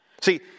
See